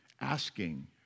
Asking